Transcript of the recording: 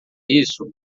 isso